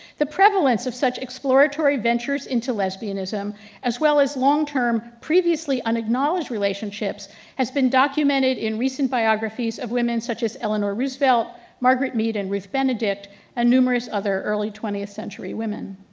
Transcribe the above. the prevalence of such exploratory ventures into lesbianism as well as long term previously unacknowledged relationships has been documented in recent biographies of women such as eleanor roosevelt, margaret mead, and ruth benedict and numerous other early twentieth century women.